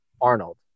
Arnold